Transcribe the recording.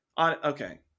okay